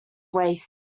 waste